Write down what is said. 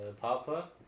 Papa